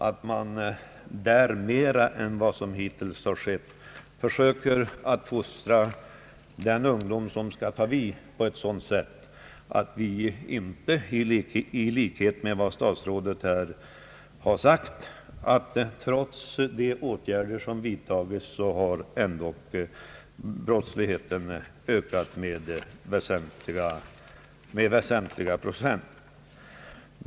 Skolan bör mer än hittills försöka fostra den ungdom, som skall ta vid efter oss, på ett sådant sätt att det inte, som herr statsrådet sade, sker en ökning av ungdomsbrottsligheten i väsentlig grad trots de åtgärder som nu ändå vidtages.